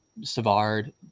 Savard